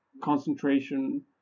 concentration